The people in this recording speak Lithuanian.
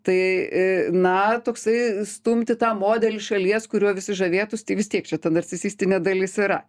tai na toksai stumti tą modelį šalies kuriuo visi žavėtųsi tai vis tiek čia ta narcisistinė dalis yra